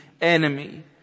enemy